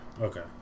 Okay